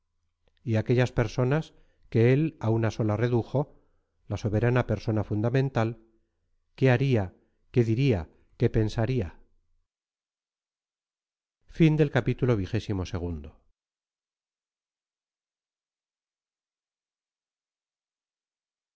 y aquellas personas que él a una sola redujo la soberana persona fundamental qué haría qué diría qué pensaría